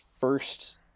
first